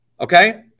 okay